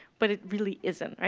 but it really isn't.